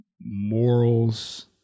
morals